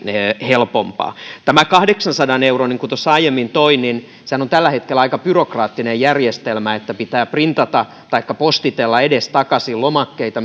helpompaa tämä kahdeksansadan euroahan niin kuin tuossa aiemmin toin esiin on tällä hetkellä aika byrokraattinen järjestelmä pitää printata taikka postitella edestakaisin lomakkeita